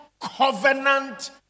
covenant